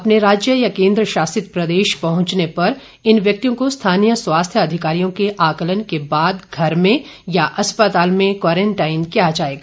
अपने राज्य या केंद्र शासित प्रदेश पहुंचने पर इन व्यक्तियों को स्थानीय स्वास्थ्य अधिकारियों के आकलन के बाद घर में या अस्पताल में क्वारेंटीन किया जाएगा